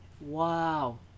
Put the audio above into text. Wow